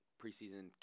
preseason